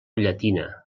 llatina